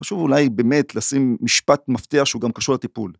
חשוב אולי באמת לשים משפט מפתיע שהוא גם קשור לטיפול.